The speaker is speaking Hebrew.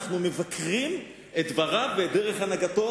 אנחנו מבקרים את דבריו ואת דרך הנהגתו,